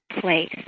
place